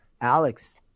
Alex